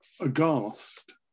aghast